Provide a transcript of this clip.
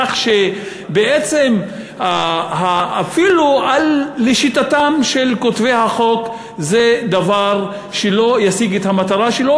כך שבעצם אפילו לשיטתם של כותבי החוק זה דבר שלא ישיג את המטרה שלו,